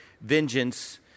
vengeance